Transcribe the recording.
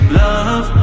love